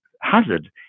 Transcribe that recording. hazard